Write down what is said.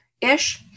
ish